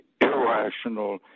irrational